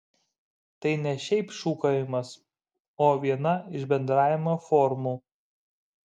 tai ne šiaip šūkavimas o viena iš bendravimo formų